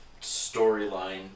storyline